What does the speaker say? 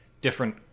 different